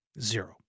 zero